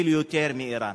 אפילו יותר מאירן.